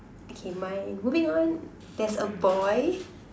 okay mine moving on there's a boy